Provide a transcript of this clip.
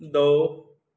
ਦੋ